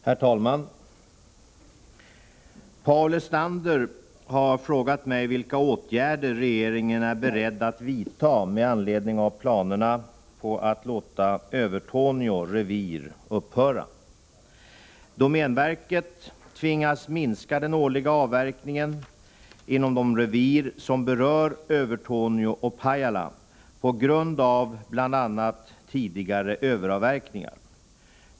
Herr talman! Paul Lestander har frågat mig vilka åtgärder regeringen är beredd att vidta med anledning av planerna på att låta Övertorneå revir upphöra. Domänverket tvingas minska den årliga avverkningen inom de revir som berör Övertorneå och Pajala på grund av bl.a. tidigare överavverkningar.